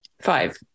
Five